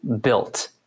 built